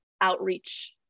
outreach